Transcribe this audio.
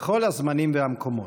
בכל הזמנים והמקומות.